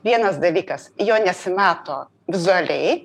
vienas dalykas jo nesimato vizualiai